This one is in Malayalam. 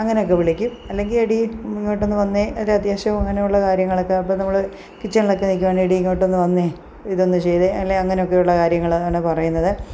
അങ്ങനെയൊക്കെ വിളിക്കും അല്ലെങ്കിൽ എടീ ഇങ്ങോട്ടൊന്നു വന്നേ ഇത് അത്യാവശ്യം അങ്ങനെയുള്ള കാര്യങ്ങളൊക്കെ ഇപ്പം നമ്മൾ കിച്ചണിലൊക്കെ നിൽക്കുകയാണെങ്കിൽ എടീ ഇങ്ങോട്ടൊന്നു വന്നേ ഇതൊന്ന് ചെയ്തേ അല്ലെ അങ്ങനെയൊക്കെയുള്ള കാര്യങ്ങളാണ് പറയുന്നത്